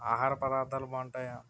ఆహార పదార్థాలు బాగుంటాయా